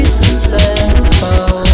successful